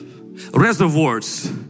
Reservoirs